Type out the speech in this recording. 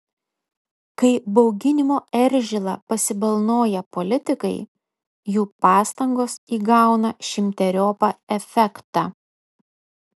kai bauginimo eržilą pasibalnoja politikai jų pastangos įgauna šimteriopą efektą